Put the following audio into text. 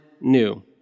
new